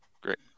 great